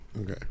Okay